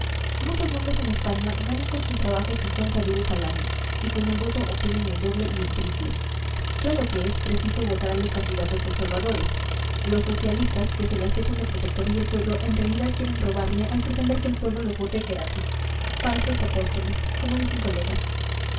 muchos hombres en españa ganan con su trabajo cincuenta duros al año y con el voto obtienen el doble y el triple claro que es preciso votar a los candidatos conservadores los socialistas que se las echan de protectores del pueblo en realidad quieren robarle al pretender que el pueblo los vote gratis falsos apóstoles como dice un colega